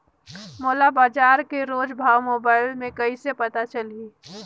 मोला बजार के रोज भाव मोबाइल मे कइसे पता चलही?